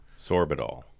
sorbitol